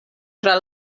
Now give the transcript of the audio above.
tra